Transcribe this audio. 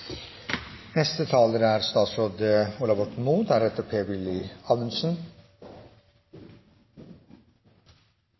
Neste taler er Per-Willy Amundsen.